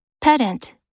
Pedant